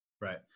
Right